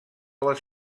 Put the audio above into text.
les